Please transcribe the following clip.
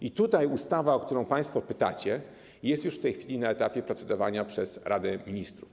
I tutaj ustawa, o którą państwo pytacie, jest już w tej chwili na etapie procedowania przez Radę Ministrów.